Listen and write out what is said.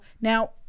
now